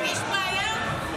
יש בעיה?